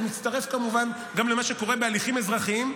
זה מצטרף כמובן גם למה שקורה בהליכים אזרחיים.